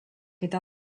eta